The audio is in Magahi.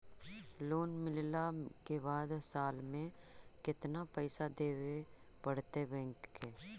लोन मिलला के बाद साल में केतना पैसा देबे पड़तै बैक के?